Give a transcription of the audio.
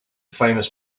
famous